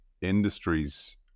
industries